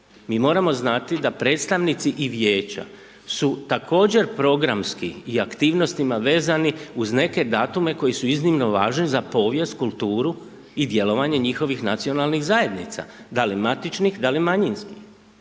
Mi moramo znati da predstavnici i vijeća su također programski i aktivnostima vezani uz neke datume koji su iznimno važni za povijest, kulturu i djelovanje njihovih nacionalnih zajednica, da li matičnih, da li manjinskih.